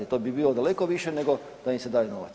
To bi bilo daleko više nego da im se daje novac.